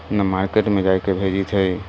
नहि मार्केटमे जाइके भेजैत हइ